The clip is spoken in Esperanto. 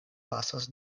pasas